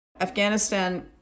Afghanistan